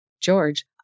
George